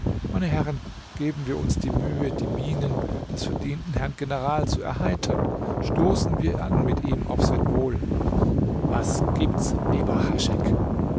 meine herren geben wir uns mühe die mienen des verdienten herrn general zu erheitern stoßen wir an mit ihm auf sein wohl was gibt's lieber